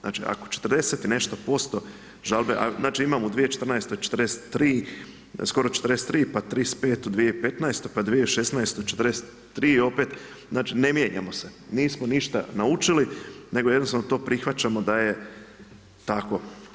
Znači ako 40 i nešto posto žalbe, znači imamo u 2014. skoro 43, pa 35 u 2015., pa u 2016. 43 opet, znači ne mijenjamo se, nismo ništa naučili nego jednostavno to prihvaćamo da je tako.